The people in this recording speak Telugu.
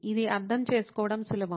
ఇది అర్థం చేసుకోవడం సులభం